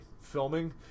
filming